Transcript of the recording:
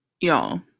y'all